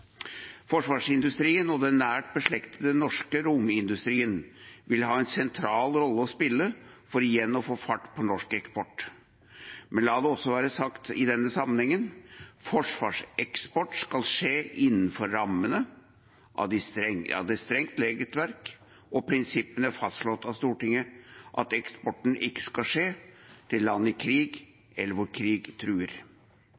Forsvarsindustrien og den nært beslektede norske romindustrien vil ha en sentral rolle å spille for igjen å få fart på norsk eksport. Men la det også være sagt i denne sammenhengen: Forsvarseksport skal skje innenfor rammene av et strengt regelverk og prinsippene fastslått av Stortinget, og eksporten skal ikke skje til land i